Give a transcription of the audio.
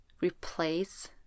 replace